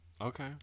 Okay